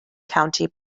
county